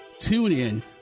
TuneIn